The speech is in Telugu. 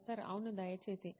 ప్రొఫెసర్ అవును దయచేసి